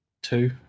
Two